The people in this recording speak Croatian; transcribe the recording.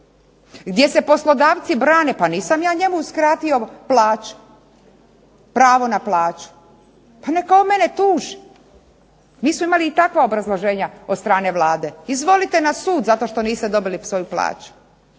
gdje se poslodavci brane pa nisam ja njemu uskratio plaću, pravo na plaću, pa neka on mene tuži. Mi smo imali i takva obrazloženja od strane Vlade, izvolite na sud zato što niste dobili plaću.